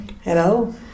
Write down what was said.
Hello